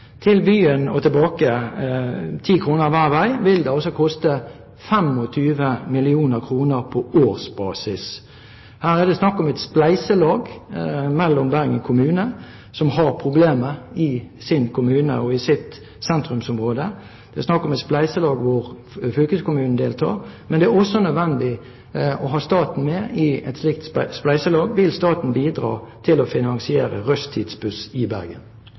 Til byen og tilbake, 10 kr hver vei, vil altså koste 25 mill. kr på årsbasis. Her er det snakk om et spleiselag mellom Bergen kommune, som har problemer i sin kommune og i sitt sentrumsområde, og fylkeskommunen, men det er også nødvendig å ha staten med i et slikt spleiselag. Vil statsråden bidra til å finansiere rushtidsbuss i Bergen?